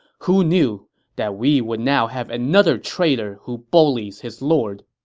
who knew that we would now have another traitor who bullies his lord?